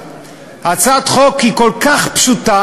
הצעת החוק הזו,